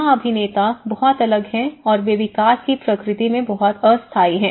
यहाँ अभिनेता बहुत अलग हैं और वे विकास की प्रकृति में बहुत अस्थायी है